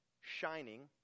shining